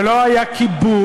ולא היה כיבוש,